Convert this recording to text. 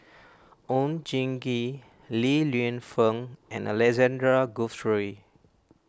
Oon Jin Gee Li Lienfung and Alexander Guthrie